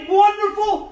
wonderful